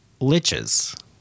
liches